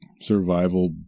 survival